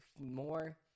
more